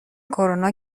کرونا